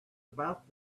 about